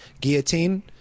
guillotine